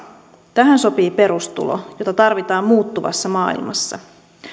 tähän sopii perustulo jota tarvitaan muuttuvassa maailmassa